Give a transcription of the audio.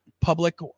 public